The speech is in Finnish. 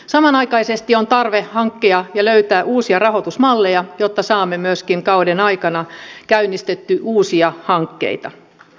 samanaikaisesti on tarve hankkia ja löytää uusia rahoitusmalleja jotta saamme myöskin kauden aikana käynnistettyä uusia hankkeita